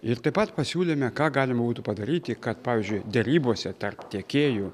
ir taip pat pasiūlėme ką galima būtų padaryti kad pavyzdžiui derybose tarp tiekėjų